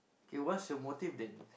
K what's your motive then